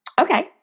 Okay